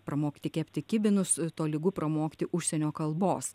pramokti kepti kibinus tolygu pramokti užsienio kalbos